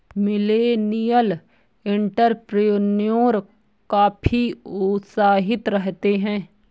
millennial entrepreneur काफी उत्साहित रहते हैं